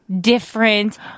different